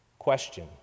question